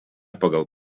pagal